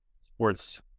sports